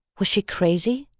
was she crazy?